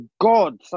God